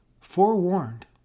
Forewarned